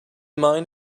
mind